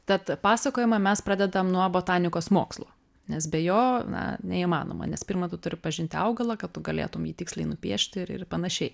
tad pasakojimą mes pradedam nuo botanikos mokslų nes be jo na neįmanoma nes pirma turi pažinti augalą kad tu galėtum jį tiksliai nupiešti ir ir panašiai